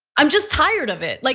i'm just tired of it. like